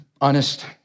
honest